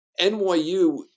NYU